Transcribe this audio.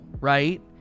right